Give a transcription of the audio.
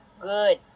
Good